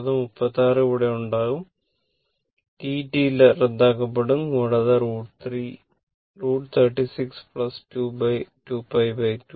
കൂടാതെ 36 അവിടെ ഉണ്ടാകും r T T റദ്ദാക്കപ്പെടും കൂടാതെ √36 2π 2